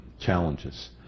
challenges